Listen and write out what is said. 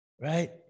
right